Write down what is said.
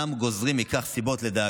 קופר, שגיא דקל חן, איתי סבירסקי,